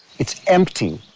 it's empty.